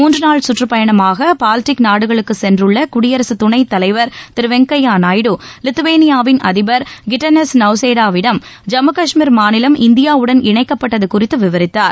முன்று நாள் சுற்றப்பயணமாக பால்டிக் நாடுகளுக்கு சென்றுள்ள குடியரசுத் துணைத் தலைவர் திரு வெங்கைய்யா நாயுடு லித்துவேளியாவின் அதிபர் கிட்டனஸ் நௌசேடாவிடம் ஜம்மு காஷ்மீர் மாநிலம் இந்தியாவுடன் இணைக்கப்பட்டது குறித்து விவரித்தார்